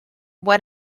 what